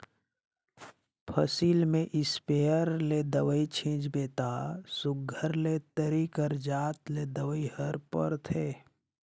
फसिल में इस्पेयर ले दवई छींचबे ता सुग्घर ले तरी कर जात ले दवई हर परथे